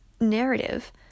narrative